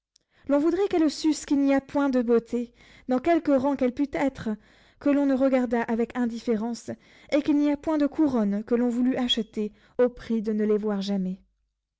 l'on voudrait qu'elles sussent qu'il n'y a point de beauté dans quelque rang qu'elle pût être que l'on ne regardât avec indifférence et qu'il n'y a point de couronne que l'on voulût acheter au prix de ne les voir jamais